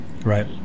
right